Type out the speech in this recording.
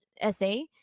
essay